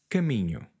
Caminho